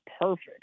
perfect